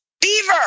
Beaver